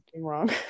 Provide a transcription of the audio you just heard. wrong